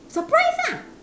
surprise ah